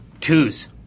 Twos